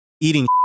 eating